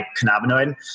cannabinoid